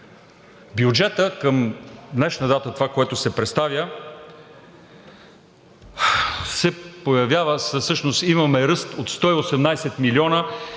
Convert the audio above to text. Бюджетът към днешна дата – това, което се представя, се появява… всъщност имаме ръст от 111 млн.